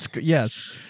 Yes